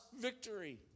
victory